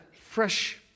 fresh